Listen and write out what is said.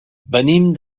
venim